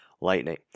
lightning